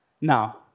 Now